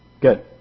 Good